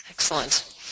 Excellent